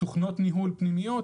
תוכנות ניהול פנימיות,